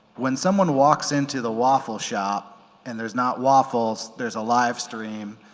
when someone walks into the waffle shop and there's not waffles there's a live stream